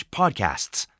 podcasts